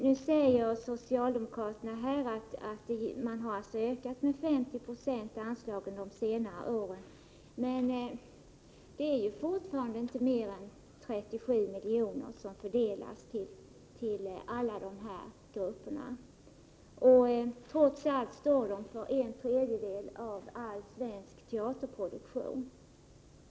Nu säger socialdemokraterna att anslaget under de senare åren har ökat med 50 96, men det är fortfarande inte mer än 37 miljoner som fördelas till alla de här grupperna. Trots allt står de för en tredjedel av all svensk teaterproduktion.